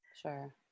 sure